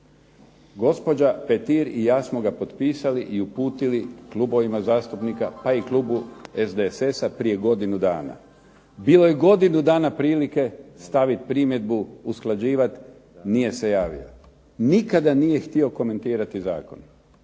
Gospođa Petir i ja smo ga potpisali i uputili klubovima zastupnika, pa i klubu SDSS-a prije godinu dana. Bilo je godinu dana prilike staviti primjedbu, usklađivati nije se javio. Nikada nije htio komentirati zakon.